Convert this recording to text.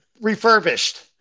refurbished